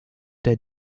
der